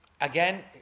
again